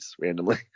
randomly